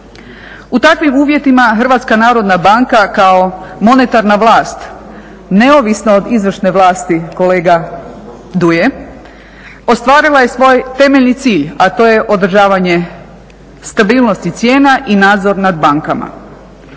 U takvim uvjetima Hrvatska narodna banka kao monetarna vlast neovisna od izvršne vlasti, kolega Duje, ostvarila je svoj temeljni cilj a to je održavanje stabilnosti cijena i nadzor nad bankama.